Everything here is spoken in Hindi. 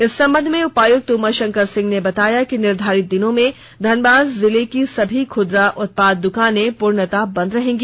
इस संबंध में उपायुक्त उमाशंकर सिंह ने बताया कि निर्धारित दिनों में धनबाद जिले की सभी खुदरा उत्पाद दुकानें पूर्णतः बंद रहेंगी